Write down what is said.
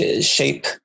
Shape